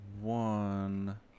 one